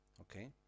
Okay